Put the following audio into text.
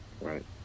Right